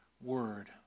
word